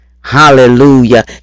hallelujah